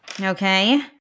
Okay